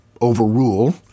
overrule